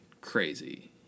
crazy